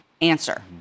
answer